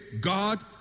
God